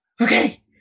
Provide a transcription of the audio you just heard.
okay